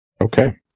Okay